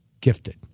gifted